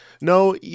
no